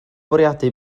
bwriadu